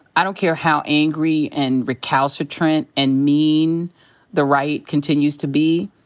i don't care how angry, and recalcitrant, and mean the right continues to be.